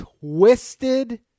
twisted